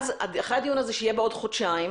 ואחרי הדיון הזה, שיהיה בעוד חודשיים,